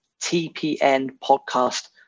tpnpodcast